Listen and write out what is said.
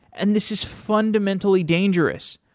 and this is fundamentally dangerous.